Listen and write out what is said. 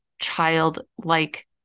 childlike